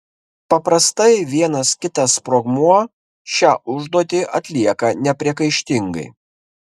paprastai vienas kitas sprogmuo šią užduotį atlieka nepriekaištingai